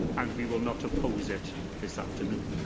and we will not oppose it this afternoon.